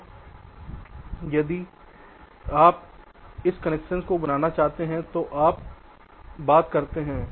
तो यदि आप इस कनेक्शन को बनाना चाहते हैं तो आप क्या करते हैं